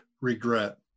regret